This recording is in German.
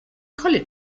college